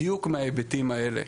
בדיוק מההיבטים האלה.